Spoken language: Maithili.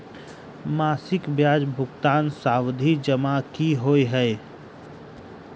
मासिक ब्याज भुगतान सावधि जमा की होइ है?